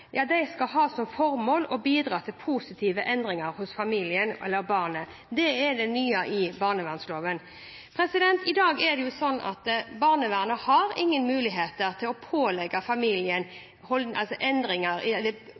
skal ha som formål å bidra til positiv endring hos barnet eller familien». Det er det nye i barnevernloven. I dag er det sånn at barnevernet ikke har noen muligheter til å pålegge familien hjelpetiltak som kan være endrende. I dag kan de